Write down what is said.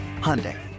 Hyundai